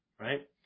right